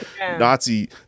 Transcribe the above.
Nazi